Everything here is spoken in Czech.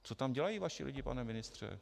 Co tam dělají vaši lidi, pane ministře?